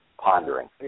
pondering